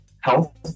health